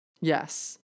yes